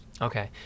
Okay